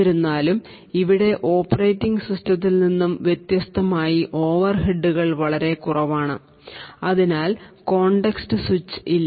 എന്നിരുന്നാലും ഇവിടെ ഓപ്പറേറ്റിംഗ് സിസ്റ്റത്തിൽ നിന്ന് വ്യത്യസ്തമായി ഓവർഹെഡുകൾ വളരെ കുറവാണ് അതിനാൽ കോണ്ടെക്സ്റ്റ് സ്വിച്ച് ഇല്ല